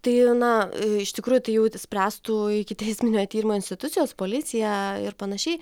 tai na iš tikrųjų tai jau spręstų ikiteisminio tyrimo institucijos policija ir panašiai